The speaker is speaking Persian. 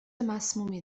مسمومی